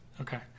okay